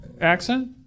accent